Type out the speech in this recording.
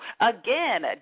again